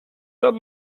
that